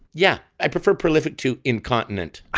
yeah. i prefer prolific to incontinent